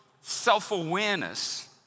self-awareness